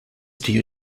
due